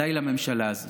די לממשלה הזאת.